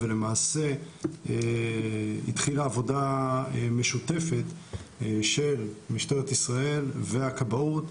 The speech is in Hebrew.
ולמעשה התחילה עבודה משותפת של משטרת ישראל והכבאות,